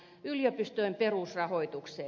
yliopistojen perusrahoitukseen